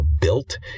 built